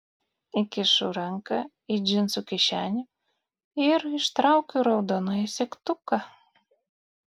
įkišu ranką į džinsų kišenę ir ištraukiu raudonąjį segtuką